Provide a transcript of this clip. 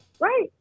right